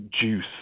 juice